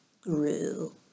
grew